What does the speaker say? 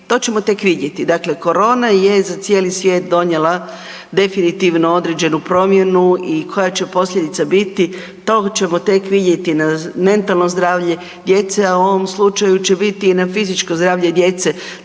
to ćemo tek vidjeti. Dakle, korona je za cijeli svijet donijela definitivno određenu promjenu i koja će posljedica biti to ćemo tek vidjeti na mentalno zdravlje djece, a u ovom slučaju će biti i na fizičko zdravlje djece.